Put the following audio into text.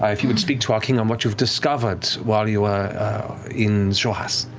ah if you would speak to our king on what you've discovered while you were in xhorhas.